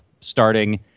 starting